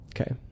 Okay